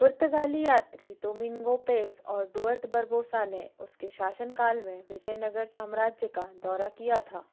पुर्तगाली यात्री Domingo Paes और डुआर्ट बारबोसा ने उसके शासनकाल में विजयनगर साम्राज्य का दौरा किया था